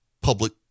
public